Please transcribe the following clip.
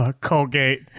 Colgate